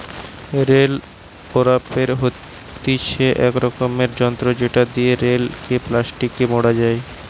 bell ওরাপের হতিছে ইক রকমের যন্ত্র জেটো দিয়া বেল কে প্লাস্টিকে মোড়া হই